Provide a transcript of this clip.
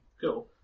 Cool